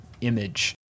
image